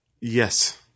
Yes